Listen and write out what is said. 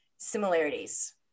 similarities